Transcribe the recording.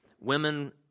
women